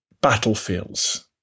battlefields